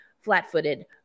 flat-footed